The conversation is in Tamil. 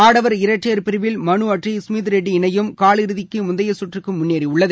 ஆடவர் இரட்டையர் பிரிவில் மனு அட்ரி கமித் ரெட்டி இணையும் காலிறுதியின் முந்தைய சுற்றுக்கு முன்னேறியுள்ளது